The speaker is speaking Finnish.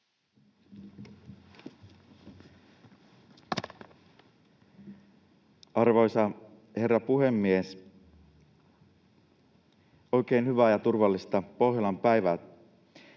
Nordens dag, oikein hyvää ja turvallista Pohjolan päivää